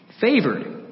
favored